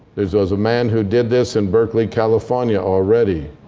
there was a man who did this in berkeley, california already.